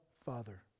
Father